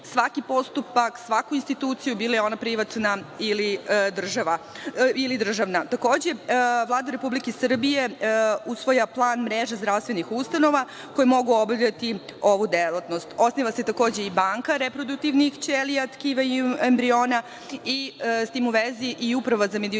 svaki postupak, svaku instituciju, bila ona privatna ili državna. Takođe, Vlada Republike Srbije usvaja plan mreža zdravstvenih ustanova koje mogu obavljati ovu delatnost. Osniva se takođe i banka reproduktivnih ćelija, tkiva i embriona i s tim u vezi i Uprava za medicinu